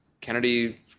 Kennedy